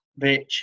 bitch